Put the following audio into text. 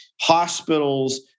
hospitals